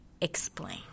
explain